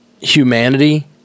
humanity